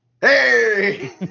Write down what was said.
Hey